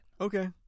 Okay